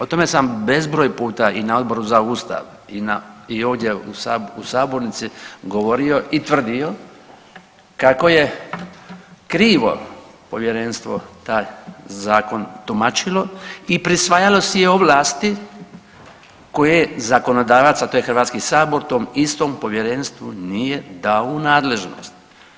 O tome sam bezbroj puta i na Odboru za Ustav i ovdje u Sabornici govorio i tvrdio kako je krivo Povjerenstvo taj Zakon tumačilo i prisvajalo si je ovlasti koje zakonodavac, a to je HS, tom istom povjerenstvu nije dao u nadležnost.